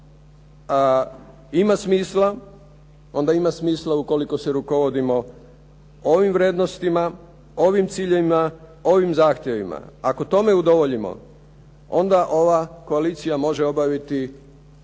ima smisla onda ima smisla ukoliko se rukovodimo ovim vrijednostima, ovim ciljevima, ovim zahtjevima. Ako tome udovoljimo, onda ova koalicija može obaviti